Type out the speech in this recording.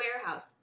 warehouse